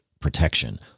Protection